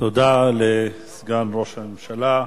תודה לסגן ראש הממשלה,